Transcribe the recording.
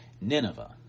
Nineveh